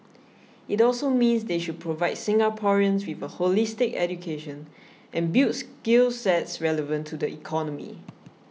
it also means they should provide Singaporeans with a holistic education and build skill sets relevant to the economy